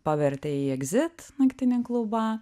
pavertė į ekzek naktinį klubą